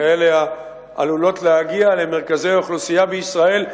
כאלה העלולות להגיע למרכזי אוכלוסייה בישראל.